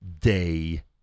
day